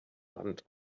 land